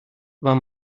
aber